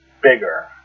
bigger